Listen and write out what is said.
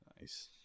Nice